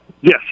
Yes